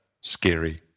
scary